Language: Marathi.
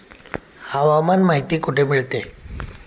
हवामान माहिती कुठे मिळते?